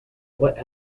what